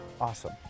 Awesome